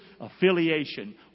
affiliation